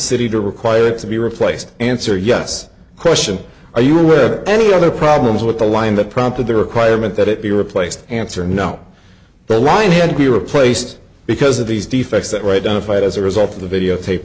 city to require it to be replaced answer yes question are you aware of any other problems with the line that prompted the requirement that it be replaced answer no the line had to be replaced because of these defects that write down a fight as a result of the videotape